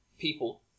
people